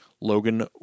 Logan